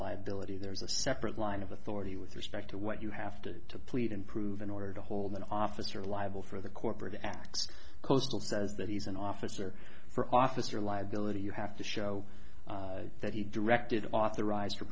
liability there's a separate line of authority with respect to what you have to plead and prove in order to hold that officer liable for the corporate acts coastal says that he's an officer for officer liability you have to show that he directed authorized to